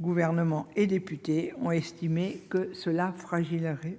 Gouvernement et députés ont estimé que cela fragiliserait